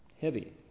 Heavy